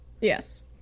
Yes